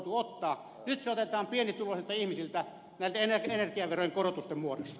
nyt se otetaan pienituloisilta ihmisiltä näiden energiaverojen korotusten muodossa